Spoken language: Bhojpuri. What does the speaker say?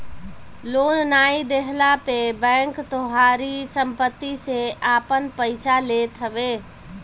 लोन नाइ देहला पे बैंक तोहारी सम्पत्ति से आपन पईसा लेत हवे